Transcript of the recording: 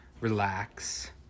relax